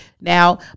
now